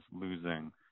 losing